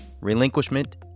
relinquishment